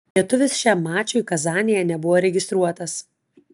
lietuvis šiam mačui kazanėje nebuvo registruotas